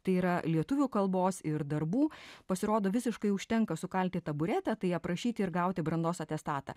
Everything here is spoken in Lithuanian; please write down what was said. tai yra lietuvių kalbos ir darbų pasirodo visiškai užtenka sukalti taburetę tai aprašyti ir gauti brandos atestatą